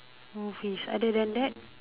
go fish other than that